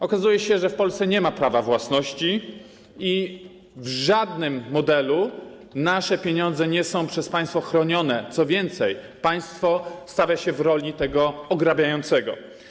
Okazuje się, że w Polsce nie ma prawa własności i w żadnym modelu nasze pieniądze nie są przez państwo chronione, co więcej, państwo stawia się w roli tego ograbiającego.